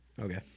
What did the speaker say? Okay